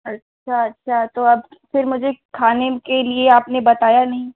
अच्छा अच्छा तो अब फिर मुझे खाने के लिए आपने बताया नहीं